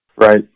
Right